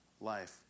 life